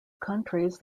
countries